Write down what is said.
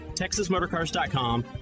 TexasMotorCars.com